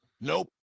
Nope